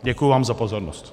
Děkuji vám za pozornost.